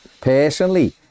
personally